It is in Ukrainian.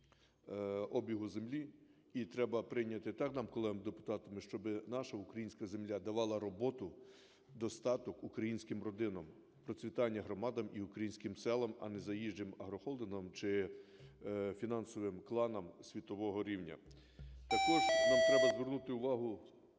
обігу землі, і треба прийняти так нам колегам депутатам, щоби наша українська земля давала роботу, достаток українським родинам, процвітання громадам і українським селам, а не заїжджим агрохолдингам чи фінансовим кланам світового рівня. Також нам треба звернути увагу